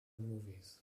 movies